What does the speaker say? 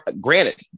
granted